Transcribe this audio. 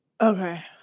Okay